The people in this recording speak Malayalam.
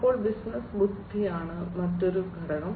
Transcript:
അപ്പോൾ ബിസിനസ്സ് ബുദ്ധിയാണ് മറ്റൊരു ഘടകം